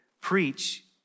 preach